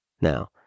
now